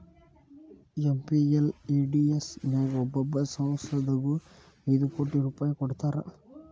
MPLADS ನ್ಯಾಗ ಒಬ್ಬೊಬ್ಬ ಸಂಸದಗು ಐದು ಕೋಟಿ ರೂಪಾಯ್ ಕೊಡ್ತಾರಾ